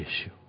issue